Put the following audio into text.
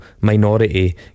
minority